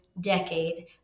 decade